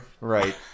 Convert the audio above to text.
Right